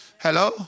Hello